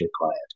required